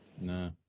No